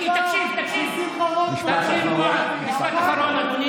עם שמחה רוטמן,